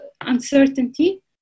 uncertainty